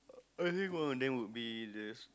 I think one of then would be this